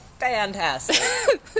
Fantastic